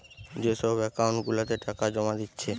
যে সব একাউন্ট গুলাতে টাকা জোমা দিচ্ছে